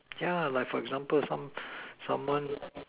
yeah like for example some someone